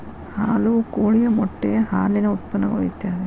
ಹಾಲು ಕೋಳಿಯ ಮೊಟ್ಟೆ ಹಾಲಿನ ಉತ್ಪನ್ನಗಳು ಇತ್ಯಾದಿ